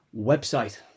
website